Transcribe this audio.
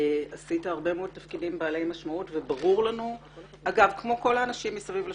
עשית הרבה מאוד תפקידים רבי משמעות כמו עוד הרבה אנשים מסביב לשולחן.